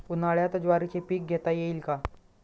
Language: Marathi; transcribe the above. उन्हाळ्यात ज्वारीचे पीक घेता येईल का?